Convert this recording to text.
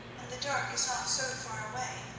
and the dark is not so far away.